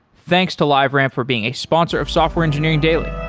thanks to liveramp for being a sponsor of software engineering daily